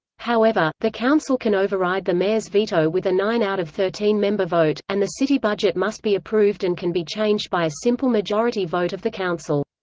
however, the council can override the mayor's veto with a nine out of thirteen member vote, and the city budget must be approved and can be changed by a simple majority vote of the council.